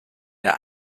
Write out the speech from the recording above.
der